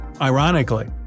Ironically